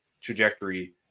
trajectory